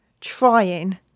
trying